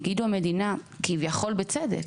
יגידו המדינה, כביכול בצדק,